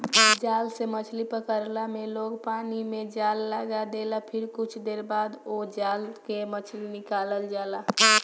जाल से मछरी पकड़ला में लोग पानी में जाल लगा देला फिर कुछ देर बाद ओ जाल के निकालल जाला